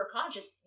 conscious